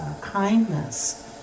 kindness